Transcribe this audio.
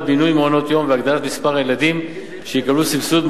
בינוי מעונות-יום והגדלת מספר הילדים שיקבלו סבסוד.